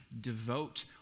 devote